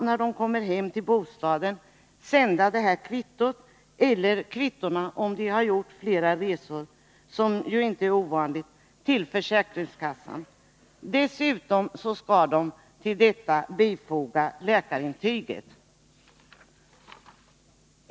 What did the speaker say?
När de kommer hem till bostaden skall de sända kvittot — eller kvittona, om de har gjort flera resor, vilket inte är ovanligt — till försäkringskassan. Dessutom skall de bifoga läkarintyget.